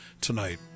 tonight